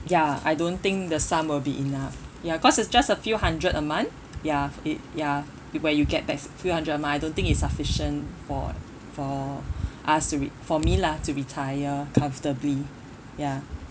ya I don't think the sum will be enough ya cause it's just a few hundred a month ya ya where you get back few hundred a month I don't think it's sufficient for for us to ret~ for me lah to retire comfortably ya